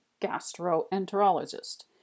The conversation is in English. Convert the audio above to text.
gastroenterologist